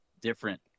different